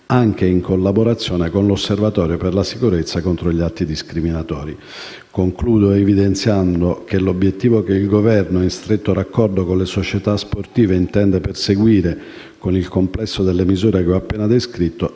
anche in collaborazione con l'Osservatorio per la sicurezza contro gli atti discriminatori. Concludo, evidenziando che l'obiettivo che il Governo, in stretto raccordo con le società sportive, intende perseguire con il complesso delle misure che ho appena descritto